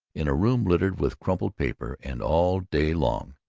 in a room littered with crumpled paper and, all day long,